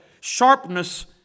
sharpness